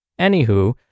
Anywho